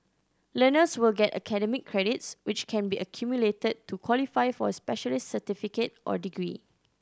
learners will get academic credits which can be accumulated to qualify for a specialist certificate or degree